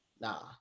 nah